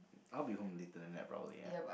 I'll be home later like probably yeah